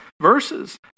verses